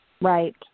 Right